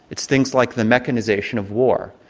it's things like the mechanisation of war.